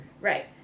Right